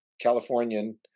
Californian